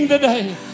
today